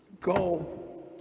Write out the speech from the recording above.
go